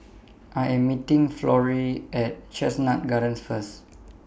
I Am meeting Florie At Chestnut Gardens First